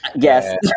Yes